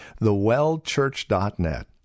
thewellchurch.net